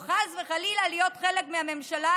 או חס וחלילה להיות חלק מהממשלה,